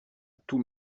tous